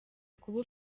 ukuba